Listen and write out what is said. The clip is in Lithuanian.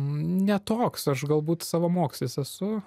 ne toks aš galbūt savamokslis esu